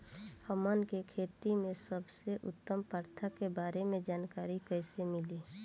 हमन के खेती में सबसे उत्तम प्रथा के बारे में जानकारी कैसे मिली?